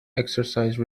exercise